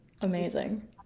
amazing